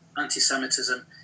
anti-Semitism